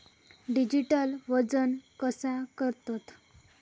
Digital वजन कसा करतत?